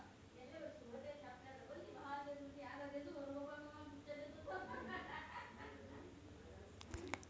राम नाथ त्यांच्या शेतात ठिबक सिंचन करतात, त्यांनी सर्व शेतात पाईपचे जाळे टाकले आहे